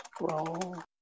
Roll